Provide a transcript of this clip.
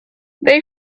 they